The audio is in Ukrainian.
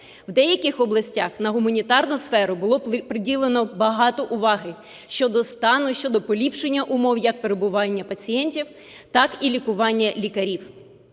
в деяких областях на гуманітарну сферу було приділено багато уваги: щодо стану, щодо поліпшення умов як перебування пацієнтів, так лікування лікарів.